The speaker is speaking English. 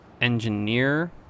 engineer